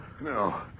no